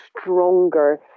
stronger